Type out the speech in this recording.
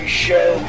show